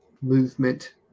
movement